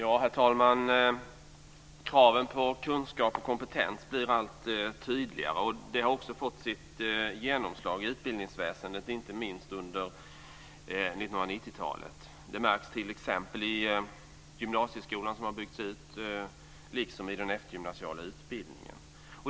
Herr talman! Kraven på kunskap och kompetens blir allt tydligare. Det har också fått sitt genomslag i utbildningsväsendet, inte minst under 1990-talet. Det märks t.ex. i gymnasieskolan, som har byggts ut, liksom i den eftergymnasiala utbildningen.